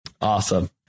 Awesome